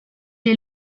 est